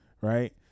right